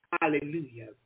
Hallelujah